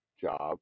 job